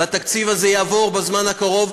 והתקציב הזה יעבור בזמן הקרוב,